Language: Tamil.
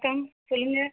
வணக்கம் சொல்லுங்கள்